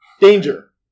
danger